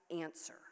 answer